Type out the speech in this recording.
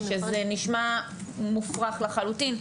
שזה נשמע מופרך לחלוטין.